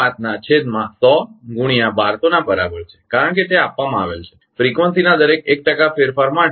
5 ના છેદમાં 100 ગુણ્યા 1200 ના બરાબર છે કારણ કે તે આપવામાં આવેલ છે ફ્રીકવંસીના દરેક 1 ટકા ફેરફાર માટે લોડ 1